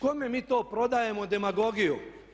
Kome mi to prodajemo demagogiju?